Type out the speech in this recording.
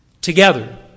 together